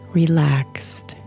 relaxed